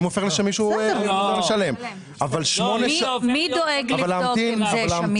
אם זה הופך לשמיש הוא חוזר לשלם -- מי דואג לבדוק אם זה שמיש או לא?